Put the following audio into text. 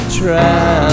try